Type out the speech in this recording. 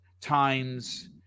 times